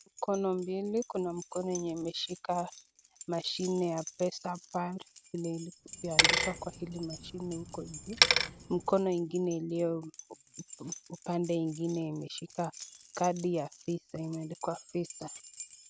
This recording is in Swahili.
Mikono mbili. Kuna mkono yenye imeshika mashine ya Pesapal ile ilivyoandikwa kwa hili mashine huko juu. Mkono ingine iliyo upande ingine imeshika kadi ya visa imeandikwa visa .